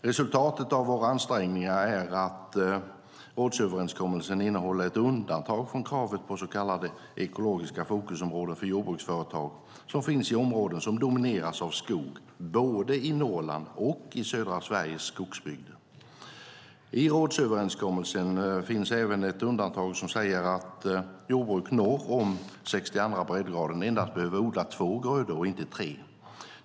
Resultatet av våra ansträngningar är att rådsöverenskommelsen innehåller ett undantag från kravet på så kallade ekologiska fokusområden för jordbruksföretag som finns i områden som domineras av skog, både i Norrland och i södra Sveriges skogsbygder. I rådsöverenskommelsen finns även ett undantag som säger att jordbruk norr om 62:a breddgraden endast behöver odla två grödor och inte tre.